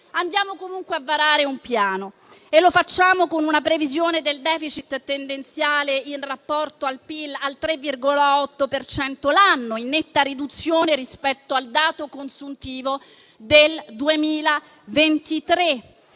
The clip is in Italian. andiamo comunque a varare un piano con una previsione del *deficit* tendenziale in rapporto al PIL, pari al 3,8 per cento l'anno, in netta riduzione rispetto al dato consuntivo del 2023.